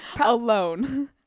alone